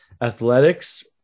athletics